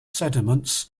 sediments